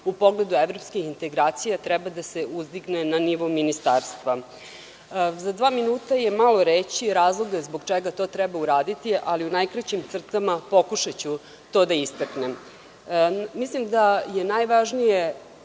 u pogledu evropskih integracija, treba da se uzdigne na nivo ministarstva.Za dva minuta je malo reći razloge zbog čega to treba uraditi, ali u najkraćim crtama pokušaću to da istaknem. Mislim da je najvažnije